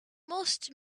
most